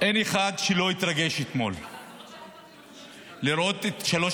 אין אחד שלא התרגש אתמול לראות את שלוש